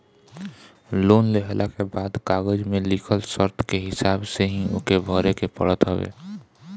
loan लेहला के बाद कागज में लिखल शर्त के हिसाब से ही ओके भरे के पड़त हवे